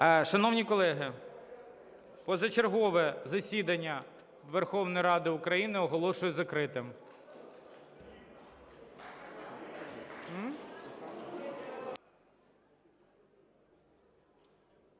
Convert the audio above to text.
Шановні колеги, позачергове засідання Верховної Ради України оголошую закритим.